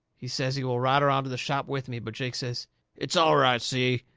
he says he will ride around to the shop with me. but jake says it's all right, si.